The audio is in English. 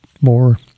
more